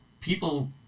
people